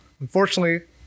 Unfortunately